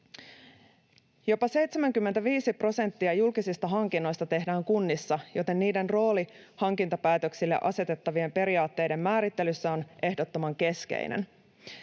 Jopa 75 prosenttia julkisista hankinnoista tehdään kunnissa, joten niiden rooli hankintapäätöksille asetettavien periaatteiden määrittelyssä on ehdottoman keskeinen.